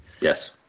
Yes